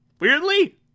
Weirdly